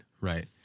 right